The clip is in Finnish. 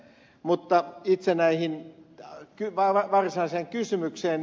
mutta itse varsinaiseen kysymykseen